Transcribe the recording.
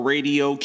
Radio